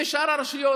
ושאר הרשויות,